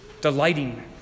delighting